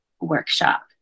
workshop